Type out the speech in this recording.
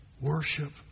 worship